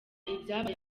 ibyabaye